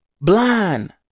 blind